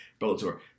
Bellator